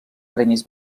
premis